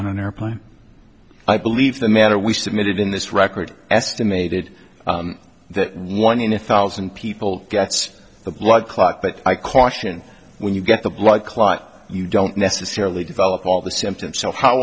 on an airplane i believe the matter we submitted in this record estimated that one in a thousand people gets a blood clot but i caution when you get the blood clot you don't necessarily develop all the symptoms so how